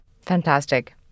Fantastic